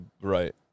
right